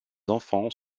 enfants